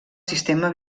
sistema